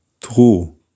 true